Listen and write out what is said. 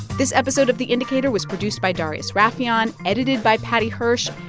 this episode of the indicator was produced by darius rafieyan, edited by paddy hirsch.